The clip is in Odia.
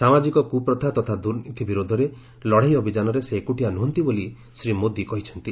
ସାମାଜିକ କୁ ପ୍ରଥା ତଥା ଦୁର୍ନୀତି ବିରୋଧରେ ଲଢ଼େଇ ଅଭିଯାନରେ ସେ ଏକୁଟିଆ ନୁହନ୍ତି ବୋଲି ଶ୍ରୀ ମୋଦି କହିଛନ୍ତି